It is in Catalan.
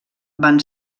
van